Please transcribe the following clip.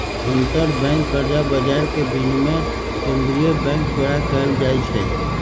अंतरबैंक कर्जा बजार के विनियमन केंद्रीय बैंक द्वारा कएल जाइ छइ